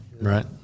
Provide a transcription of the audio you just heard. Right